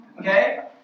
Okay